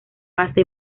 vasta